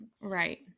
right